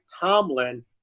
Tomlin